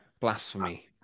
Blasphemy